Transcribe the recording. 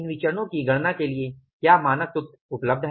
इन विचरणो की गणना के लिए क्या मानक सूत्र उपलब्ध हैं